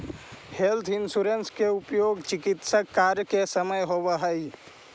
health insurance के उपयोग चिकित्स कार्य के समय होवऽ हई